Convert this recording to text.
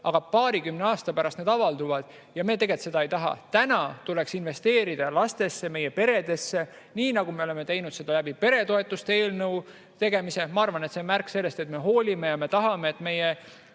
aga paarikümne aasta pärast need avalduvad ja seda me tegelikult ei taha. Praegu tuleks investeerida lastesse, meie peredesse, nii nagu me oleme seda teinud peretoetuste eelnõu tegemise kaudu. Ma arvan, et see on märk sellest, et me hoolime ja me tahame, et meie